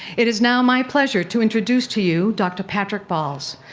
it is now my pleasure to introduce to you dr. patrick bahls,